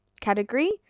category